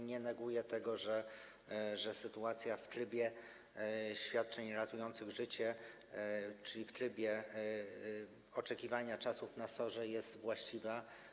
Nie neguję tego, że sytuacja w trybie świadczeń ratujących życie, czyli w trybie oczekiwania na SOR-ach, jest niewłaściwa.